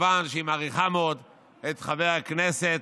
מכיוון שהיא מעריכה מאוד את חבר הכנסת,